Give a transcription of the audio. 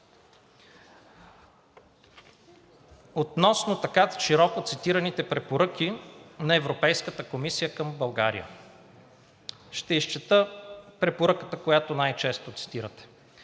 Относно така широко цитираните препоръки на Европейската комисия към България. Ще изчета препоръката, която най-често цитирате: